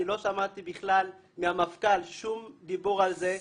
אני לא שמעתי בכלל מהמפכ"ל שום דיבור על זה.